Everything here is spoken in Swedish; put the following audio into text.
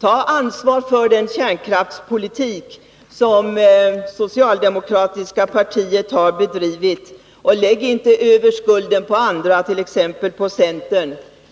Ta ansvar för den kärnkraftspolitik som det socialdemokratiska partiet har bedrivit, och lägg inte över skulden på andra, t.ex. centern!